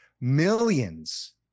millions